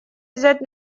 взять